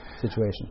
situation